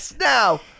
now